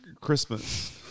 christmas